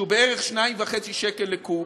שנית, מחיר הביוב, שהוא בערך 2.5 שקל לקוב,